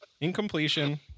incompletion